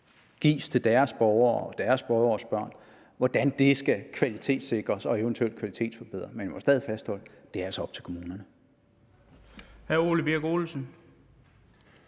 give til deres borgere og deres borgeres børn, skal kvalitetssikres og eventuelt kvalitetsforbedres. Men jeg må stadig fastholde, at det altså er op til kommunerne.